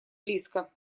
близко